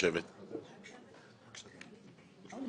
בבקשה,